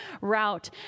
route